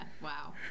wow